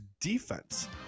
defense